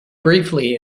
briefly